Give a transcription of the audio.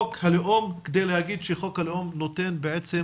הלאום כדי להגיד שחוק הלאום נותן בעצם